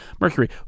Mercury